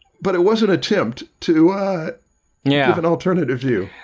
but it wasn't attempt to ah yeah and alternative view.